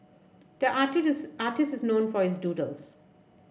the artist artist is known for his doodles